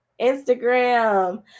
Instagram